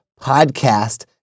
podcast